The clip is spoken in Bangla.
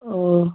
ও